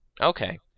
Okay